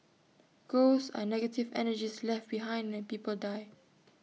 ghosts are negative energies left behind when people die